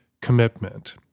commitment